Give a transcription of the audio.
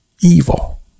evil